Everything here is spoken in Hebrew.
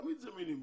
תמיד זה מינימום.